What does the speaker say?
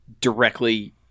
directly